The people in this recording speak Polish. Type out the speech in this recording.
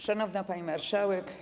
Szanowna Pani Marszałek!